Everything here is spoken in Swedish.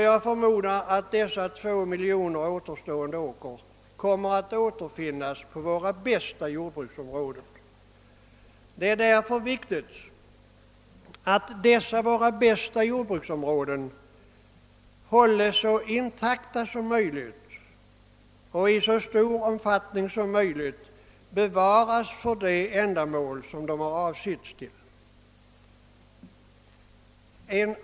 Jag förmodar att dessa 2 miljoner hektar återstående åker kommer att återfinnas i våra bästa jordbruksområden. Det är därför viktigt att dessa våra bästa jordbruksområden hålls intakta och i så stor omfattning som möjligt bevaras för det ändamål som de har avsetts till.